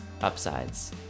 upsides